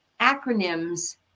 acronyms